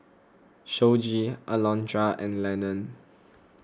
Shoji Alondra and Lenon